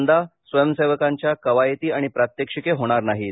यंदा स्वयंसेवकांच्या कवायती आणि प्रात्यक्षिके होणार नाहीत